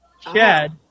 Chad